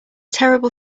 terrible